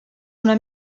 una